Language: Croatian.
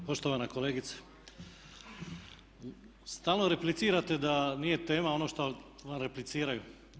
Poštovana kolegice, stalno replicirate da nije tema ono što vam repliciraju.